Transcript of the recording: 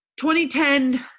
2010